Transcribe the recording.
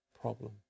problem